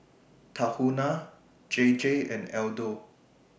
Tahuna J J and Aldo